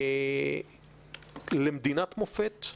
למדינת מופת.